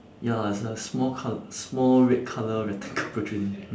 ya lah it's a small col~ small red colour rectangle protruding